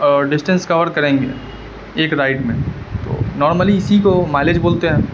distance cover کریں گے ایک رائیڈ میں تو نارملی اسی کو مائلیج بولتے ہیں